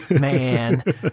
man